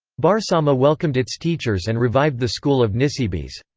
barsauma welcomed its teachers and revived the school of nisibis.